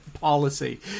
Policy